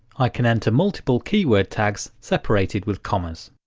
i can enter multiple keyword tags, separated with commas.